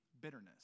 bitterness